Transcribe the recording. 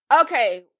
Okay